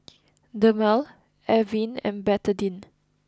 Dermale Avene and Betadine